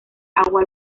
agua